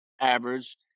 average